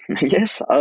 yes